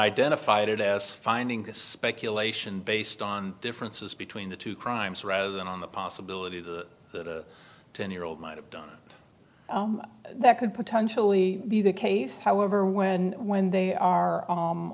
identified it as finding just speculation based on differences between the two crimes rather than on the possibility that a ten year old might have done that could potentially be the case however when when